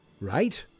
Right